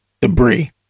debris